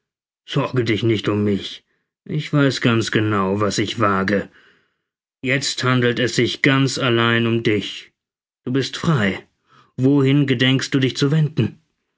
sorge dich nicht um mich ich weiß ganz genau was ich wage jetzt handelt es sich ganz allein um dich du bist frei wohin gedenkst du dich zu wenden